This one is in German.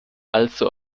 also